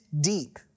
deep